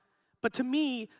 but to me,